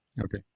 okay